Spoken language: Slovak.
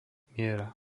miera